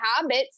habits